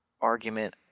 argument